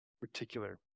particular